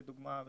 לדוגמה,